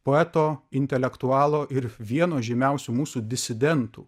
poeto intelektualo ir vieno žymiausių mūsų disidentų